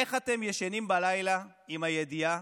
איך אתם ישנים בלילה עם הידיעה